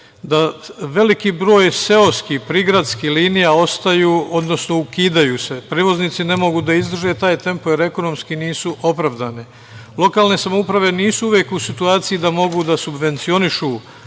da veliki broj seoskih, prigradskih linija ostaju, odnosno ukidaju se. Prevoznici ne mogu da izdrže taj tempo, jer ekonomski nisu opravdane. Lokalne samouprave nisu uvek u situaciji da mogu da subvencionišu